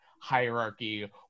hierarchy